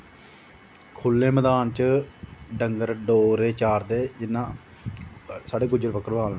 खुल्ले मैदान च डोगरे डंगर चारदे जियां साढ़े गुज्जर बक्करवाल न